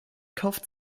kauft